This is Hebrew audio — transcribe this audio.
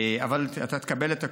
אבל אתה תקבל את הכול.